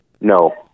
no